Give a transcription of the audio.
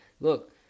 Look